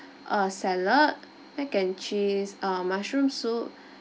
uh salad mac and cheese uh mushroom soup